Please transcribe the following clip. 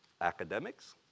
academics